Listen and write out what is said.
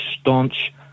staunch